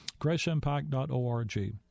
Graceimpact.org